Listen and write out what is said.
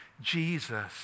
Jesus